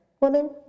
Woman